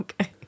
Okay